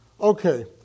Okay